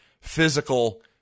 physical